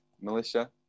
militia